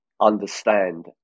understand